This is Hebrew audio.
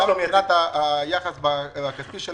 אומר שיש